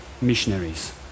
missionaries